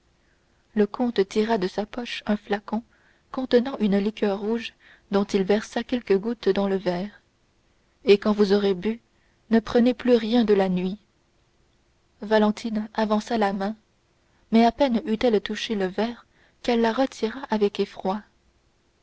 le comte tira de sa poche un flacon contenant une liqueur rouge dont il versa quelques gouttes dans le verre et quand vous aurez bu ne prenez plus rien de la nuit valentine avança la main mais à peine eût-elle touché le verre qu'elle la retira avec effroi